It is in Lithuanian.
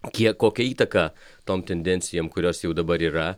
kiek kokią įtaką tom tendencijom kurios jau dabar yra